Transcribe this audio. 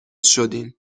شدین